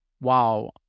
wow